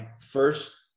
first